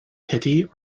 pity